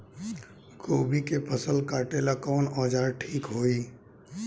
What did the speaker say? गोभी के फसल काटेला कवन औजार ठीक होई?